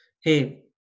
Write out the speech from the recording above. Hey